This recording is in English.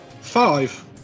Five